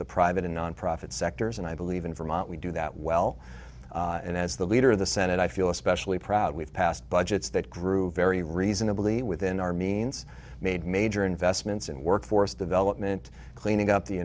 the private and nonprofit sectors and i believe in vermont we do that well and as the leader of the senate i feel especially proud we've passed budgets that grew very reasonably within our means made major investments in workforce development cleaning up the